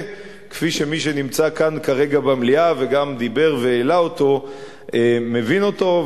כמו מי שנמצא כאן כרגע במליאה וגם מי שדיבר והעלה אותו מבין אותו.